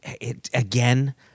Again